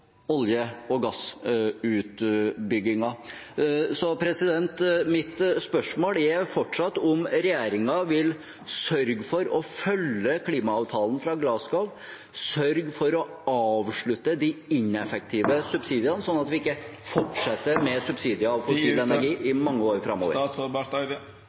olje- og gassutbyggingen. Mitt spørsmål er fortsatt om regjeringen vil sørge for å følge klimaavtalen fra Glasgow, sørge for å avslutte de ineffektive subsidiene, sånn at vi ikke fortsetter med subsidier og fossil energi i mange år framover.